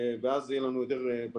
ואז יהיה לנו יותר פשוט.